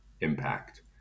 impact